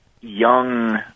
young